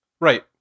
Right